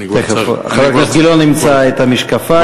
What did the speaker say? תכף חבר הכנסת גילאון ימצא את המשקפיים.